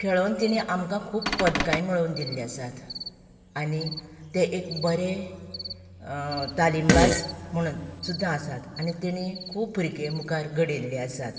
खेळोेन तेणी आमकां खूब पदकांय मेळोन दिल्ली आसात आनी ते एक बरें तालीम बाज म्हणून सुद्दां आसात आनी तेणी खूब भुरगें मुखार घडयल्लें आसात